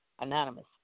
anonymous